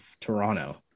Toronto